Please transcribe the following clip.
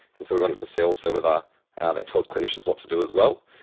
and so we wanted to see also whether ah they told clinicians what to do as well.